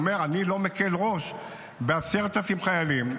הוא אומר: אני לא מקל ראש ב-10,000 חיילים.